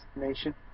nation